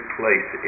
place